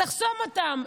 תחסום אותם.